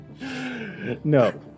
No